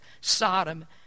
Sodom